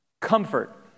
Comfort